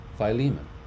Philemon